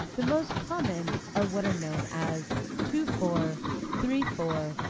the most common are what are known as two four, three four,